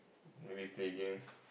maybe play games